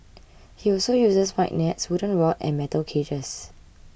he also uses wide nets wooden rod and metal cages